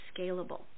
scalable